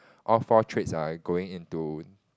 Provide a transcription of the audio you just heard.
all four trades are going into